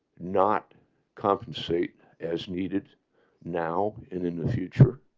not compensate as needed now and in the future,